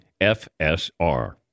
FSR